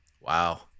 Wow